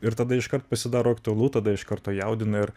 ir tada iškart pasidaro aktualu tada iš karto jaudina ir